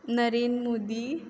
Narendra Modi